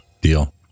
Deal